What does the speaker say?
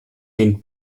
den